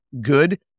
good